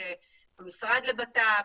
המשרד לבט"פ?